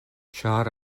ĉar